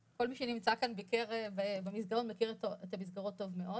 כל מי שנמצא כאן ביקר במסגרות ומכיר את המסגרות טוב מאוד.